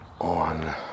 on